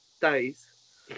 days